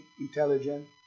intelligent